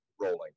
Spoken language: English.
rolling